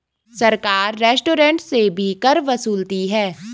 सरकार रेस्टोरेंट से भी कर वसूलती है